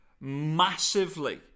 massively